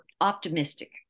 optimistic